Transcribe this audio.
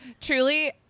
Truly